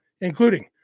including